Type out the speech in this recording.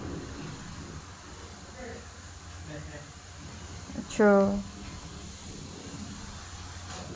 true